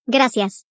Gracias